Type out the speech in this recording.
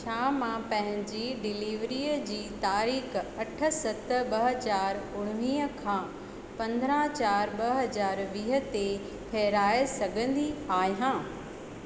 छा मां पंहिजी डिलीवरीअ जी तारीख़ अठ सत ॿ हज़ार उणिवीह खां पंद्रहं चाइ ॿ हज़ार वीह ते फेराइ सघंदी आहियां